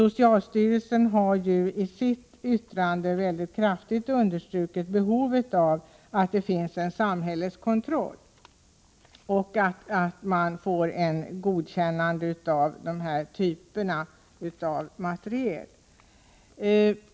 Socialstyrelsen har i sitt yttrande mycket kraftigt understrukit behovet av att det finns en samhällskontroll och att de här typerna av materiel får ett godkännande.